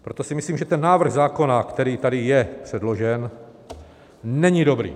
Proto si myslím, že ten návrh zákona, který tedy je předložen, není dobrý.